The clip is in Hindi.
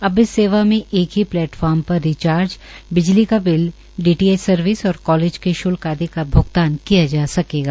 अब इस सेवा में एक ही प्लेटफार्म पर रिजार्च बिजली का बिल डी टी एच सर्विस ओर कालेज के शुल्क आदि का भुगतान किया जा सकेगा